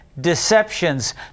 Deceptions